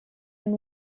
and